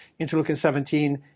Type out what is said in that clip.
interleukin-17